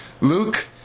Luke